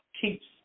keeps